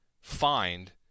find